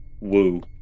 Woo